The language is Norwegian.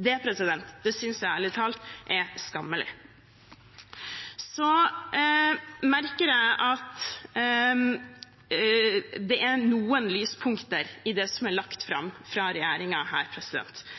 Det synes jeg ærlig talt er skammelig. Så merker jeg meg at det er noen lyspunkter i det som er lagt fram fra regjeringen her.